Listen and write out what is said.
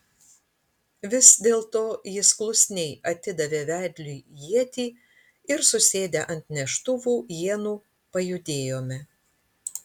vis dėlto jis klusniai atidavė vedliui ietį ir susėdę ant neštuvų ienų pajudėjome